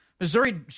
Missouri